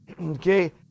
okay